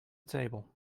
table